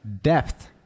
depth